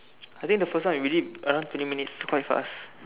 I think the first one we did around thirty minutes quite fast